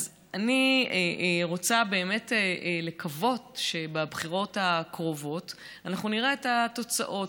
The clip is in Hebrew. אני רוצה לקוות שבבחירות הקרובות אנחנו נראה את התוצאות.